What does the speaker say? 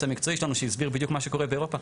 המקצועי שלנו שהסביר בדיוק מה שקורה באירופה.